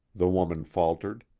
the woman faltered.